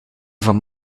van